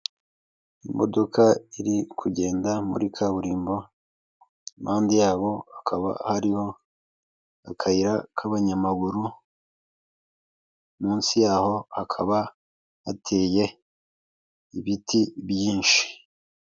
Imodoka iri kugenda muri kaburimbo impande yabo akaba hariho akayira k'abanyamaguru munsi yaho hakaba hateye ibiti byinshi.